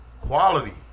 Quality